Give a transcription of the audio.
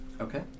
Okay